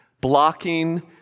blocking